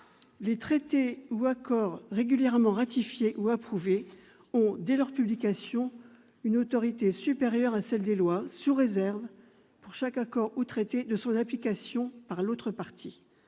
les traités ou accords régulièrement ratifiés ou approuvés ont, dès leur publication, une autorité supérieure à celle des lois, sous réserve, pour chaque accord ou traité, de son application par l'autre partie.